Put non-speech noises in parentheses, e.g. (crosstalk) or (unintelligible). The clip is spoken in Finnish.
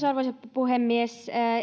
(unintelligible) arvoisa puhemies